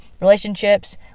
relationships